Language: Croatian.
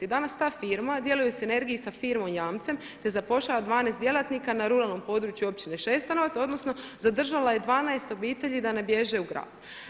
Danas ta firma djeluje u sinergiji sa firmom jamcem, te zapošljava 12 djelatnika na ruralnom području općine Šestanovac, odnosno zadržala je 12 obitelji da ne bježe u grad.